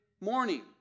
morning